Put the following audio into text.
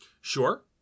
Sure